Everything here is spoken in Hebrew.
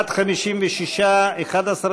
חוק האזנת סתר (תיקון מס' 6), התשע"ז 2017, נתקבל.